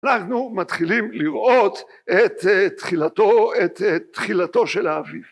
אנחנו מתחילים לראות את תחילתו, את תחילתו של האביב